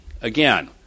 again